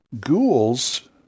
Ghouls